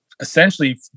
essentially